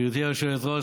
גברתי היושבת-ראש,